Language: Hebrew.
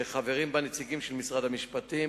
שחברים בה נציגים של משרד המשפטים,